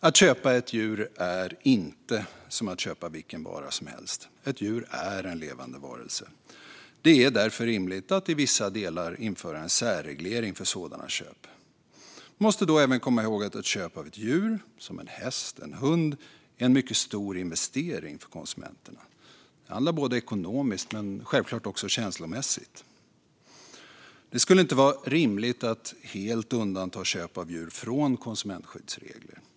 Att köpa ett djur är inte som att köpa vilken vara som helst. Ett djur är en levande varelse. Det är därför rimligt att i vissa delar införa en särreglering för sådana köp. Vi måste då även komma ihåg att ett köp av ett djur, som en häst eller en hund, är en mycket stor ekonomisk investering för konsumenterna men självklart också känslomässigt. Det skulle inte vara rimligt att helt undanta köp av djur från konsumentskyddsreglerna.